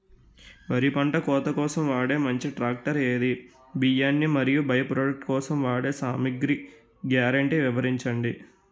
వరి పంట కోత కోసం వాడే మంచి ట్రాక్టర్ ఏది? బియ్యాన్ని మరియు బై ప్రొడక్ట్ కోసం వాడే సామాగ్రి గ్యారంటీ వివరించండి?